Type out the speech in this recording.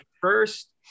first